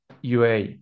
ua